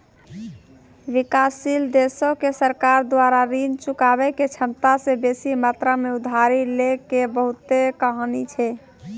विकासशील देशो के सरकार द्वारा ऋण चुकाबै के क्षमता से बेसी मात्रा मे उधारी लै के बहुते कहानी छै